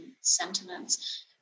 sentiments